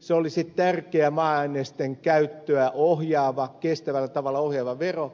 se olisi tärkeä maa ainesten käyttöä kestävällä tavalla ohjaava vero